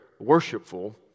worshipful